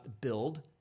build